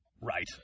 Right